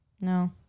No